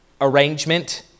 arrangement